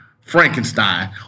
Frankenstein